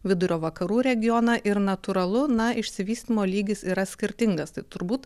vidurio vakarų regioną ir natūralu na išsivystymo lygis yra skirtingas turbūt